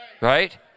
right